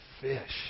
fish